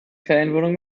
ferienwohnung